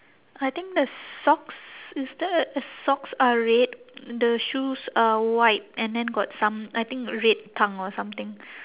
I think the socks is there socks are red the shoes are white and then got some I think red tongue or something